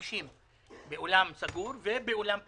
50 אנשים באולם סגור ובאולם פתוח.